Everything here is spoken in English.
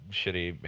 shitty